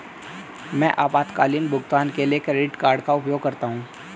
मैं आपातकालीन भुगतान के लिए क्रेडिट कार्ड का उपयोग करता हूं